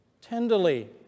Tenderly